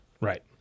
right